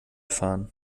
fahren